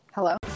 Hello